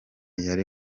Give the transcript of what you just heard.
yari